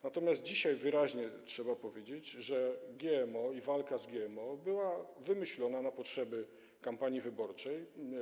Natomiast dzisiaj wyraźnie trzeba powiedzieć, że walka z GMO była wymyślona na potrzeby kampanii wyborczej.